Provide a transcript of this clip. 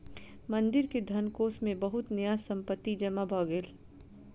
मंदिर के धनकोष मे बहुत न्यास संपत्ति जमा भ गेल